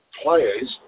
players